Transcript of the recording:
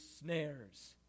snares